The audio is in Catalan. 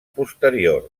posteriors